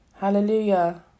Hallelujah